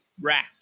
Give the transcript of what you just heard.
rat